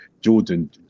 jordan